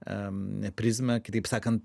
prizmę kitaip sakant